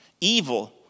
Evil